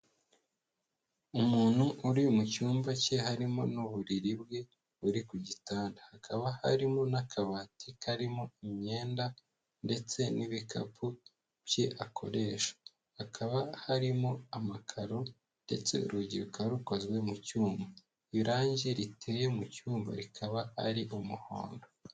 Umuntu uri mu cyumba cye harimo n'uburiri bwe buri ku gitanda, hakaba harimo n'akabati karimo imyenda ndetse n'ibikapu bye akoresha, hakaba harimo amakaro ndetse urugi rukaba rukozwe mu cyuma, irangi riteye mu cyumba rikaba ari umuhondo.